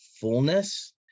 fullness